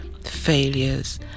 failures